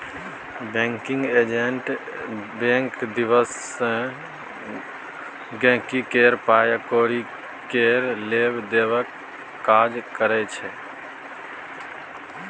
banking agent bank दिस सँ गांहिकी केर पाइ कौरी केर लेब देबक काज करै छै